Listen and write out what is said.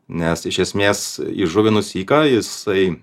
nes iš esmės įžuvinus syką jisai